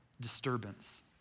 disturbance